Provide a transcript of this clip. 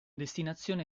destinazione